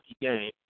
game